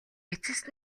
эцэст